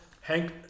Hank